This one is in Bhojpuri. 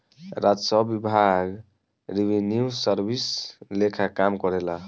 राजस्व विभाग रिवेन्यू सर्विस लेखा काम करेला